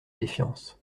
défiance